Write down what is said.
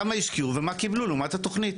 כמה השקיעו ומה קיבלו לעומת התוכנית.